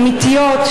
אמיתיות,